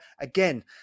Again